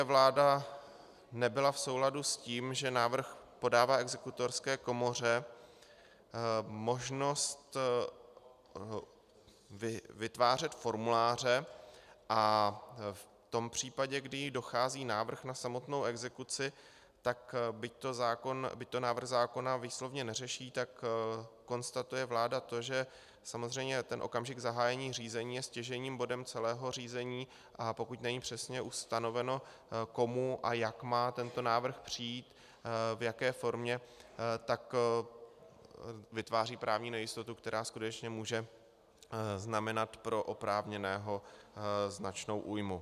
Vláda také nebyla v souladu s tím, že návrh podává exekutorské komoře možnost vytvářet formuláře, a v tom případě, kdy jí dochází návrh na samotnou exekuci, tak byť to návrh zákona výslovně neřeší, konstatuje vláda to, že samozřejmě ten okamžik zahájení řízení je stěžejním bodem celého řízení, a pokud není přesně ustanoveno, komu a jak má tento návrh přijít, v jaké formě, tak vytváří právní nejistotu, která skutečně může znamenat pro oprávněného značnou újmu.